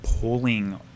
pulling